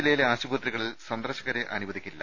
ജില്ലയിലെ ആശുപത്രികളിൽ സന്ദർശക്രെ അനുവദിക്കി ല്ല